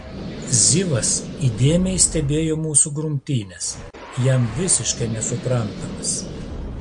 zivas įdėmiai stebėjo mūsų grumtynes jam visiškai nesuprantamas